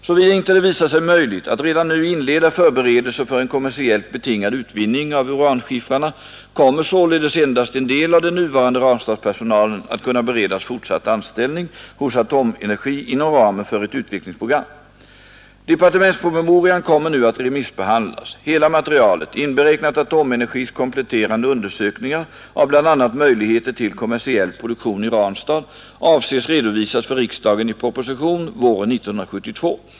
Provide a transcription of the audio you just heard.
Såvida det inte visar sig möjligt att redan nu inleda förberedelser för en kommersiellt betingad utvinning av uranskiffrarna kommer således endast en del av den nuvarande Ranstadspersonalen att kunna beredas fortsatt anställning hos Atomenergi inom ramen för ett utvecklingsprogram. Departementspromemorian kommer nu att remissbehandlas. Hela materialet — inberäknat Atomenergis kompletterande undersökningar av bl.a. möjligheter till kommersiell produktion i Ranstad — avses redovisas för riksdagen i proposition våren 1972.